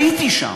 הייתי שם.